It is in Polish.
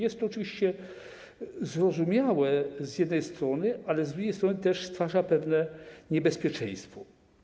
Jest to oczywiście zrozumiałe z jednej strony, ale z drugiej strony stwarza też pewne niebezpieczeństwo.